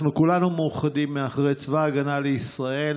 אנחנו כולנו מאוחדים מאחורי צבא ההגנה לישראל